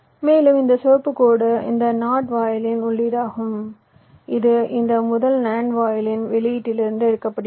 மேலும் இந்த சிவப்பு கோடு இந்த NOT வாயிலின் உள்ளீடாகும் இது இந்த முதல் NAND வாயிலின் வெளியீட்டிலிருந்து எடுக்கப்படுகிறது